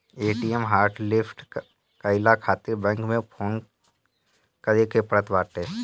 ATM hotlist कईला खातिर bank में फोन करे के पड़त बाटे